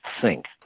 sink